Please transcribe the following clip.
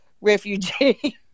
refugee